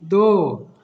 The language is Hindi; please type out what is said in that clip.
दो